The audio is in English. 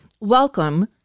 welcome